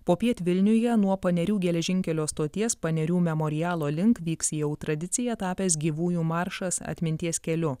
popiet vilniuje nuo panerių geležinkelio stoties panerių memorialo link vyks jau tradicija tapęs gyvųjų maršas atminties keliu